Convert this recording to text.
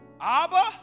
Abba